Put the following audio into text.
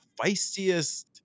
feistiest